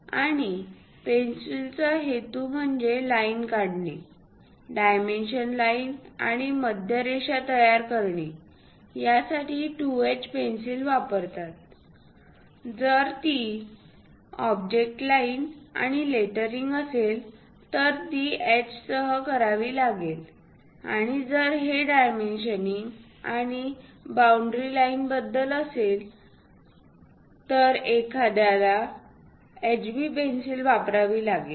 आणि पेन्सिलचा हेतू म्हणजे लाईन काढणे डायमेन्शन लाईन आणि मध्य रेषा तयार करणे यासाठी 2H पेन्सिल वापरतात जर ती ऑब्जेक्ट लाईन्स आणि लेटरिंग असेल तर ती H सह करावी लागेल आणि जर हे डायमेन्शनिंग आणि बाउंड्री लाइन बद्दल काही असेल तर एखाद्याला HB पेन्सिल वापरावी लागेल